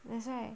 that's why